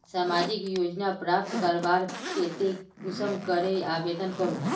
सामाजिक योजना प्राप्त करवार केते कुंसम करे आवेदन करूम?